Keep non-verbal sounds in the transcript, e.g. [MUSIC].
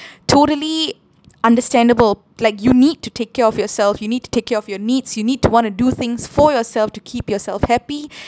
totally [NOISE] understandable like you need to take care of yourself you need to take care of your needs you need to want to do things for yourself to keep yourself happy